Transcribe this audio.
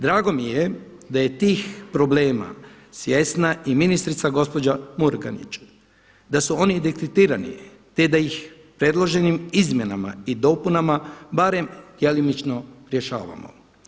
Drago mi je da je tih problema svjesna i ministrica gospođa Murganić, da su oni detektirani, te da ih predloženim izmjenama i dopunama barem djelimično rješavamo.